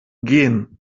gehen